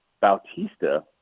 Bautista